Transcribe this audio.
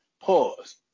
Pause